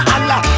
Allah